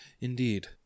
Indeed